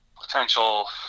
potential